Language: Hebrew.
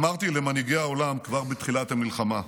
אמרתי למנהיגי העולם כבר בתחילת המלחמה: